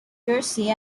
jersey